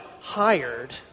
hired